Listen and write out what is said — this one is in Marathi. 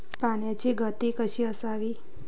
पाण्याची गती कशी असावी?